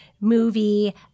movie